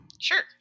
Sure